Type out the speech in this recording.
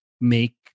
make